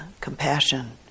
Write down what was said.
compassion